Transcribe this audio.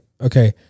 okay